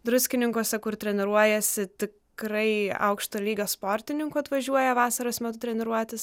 druskininkuose kur treniruojasi tikrai aukšto lygio sportininkų atvažiuoja vasaros metu treniruotis